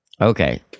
Okay